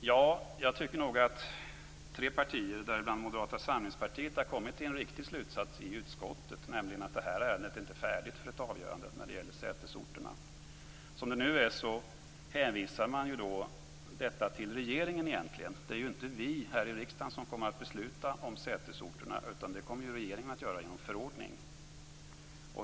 Jo, jag tycker att tre partier - däribland Moderata samlingspartiet - har kommit till en riktig slutsats i utskottet, nämligen att detta ärende inte är färdigt för ett avgörande när det gäller sätesorterna. Nu hänvisar man frågan till regeringen. Det är inte vi i riksdagen som kommer att besluta om sätesorterna, utan det kommer regeringen att göra genom en förordning.